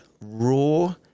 raw